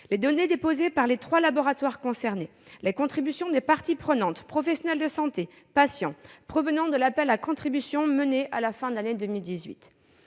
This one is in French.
les données déposées par les trois laboratoires concernés ; et les contributions de parties prenantes- professionnels de santé, patients -provenant de l'appel à contributions mené à la fin de l'année 2018.